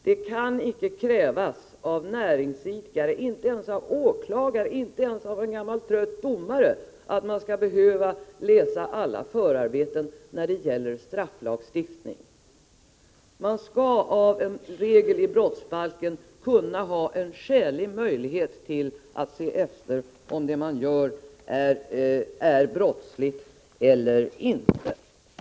Det kan inte krävas av näringsidkare, inte ens av åklagare, inte ens av en gammal trött domare, att man skall behöva läsa alla förarbeten när det gäller strafflagstiftning. Man skall av en regel i brottsbalken kunna ha en skälig möjlighet att se om det man gör är brottsligt eller inte.